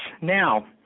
Now